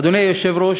אדוני היושב-ראש,